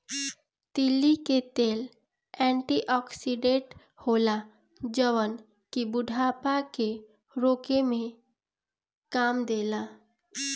तीली के तेल एंटी ओक्सिडेंट होला जवन की बुढ़ापा के रोके में काम देला